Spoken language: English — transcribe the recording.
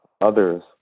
others